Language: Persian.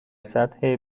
سطح